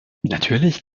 natürlich